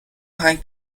آهنگ